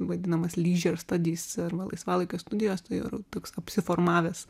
vadinamas leasure studies arba laisvalaikio studijos ir toks apsiformavęs